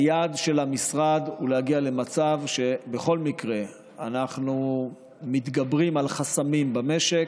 היעד של המשרד הוא להגיע למצב שבכל מקרה אנחנו מתגברים על חסמים במשק,